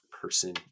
person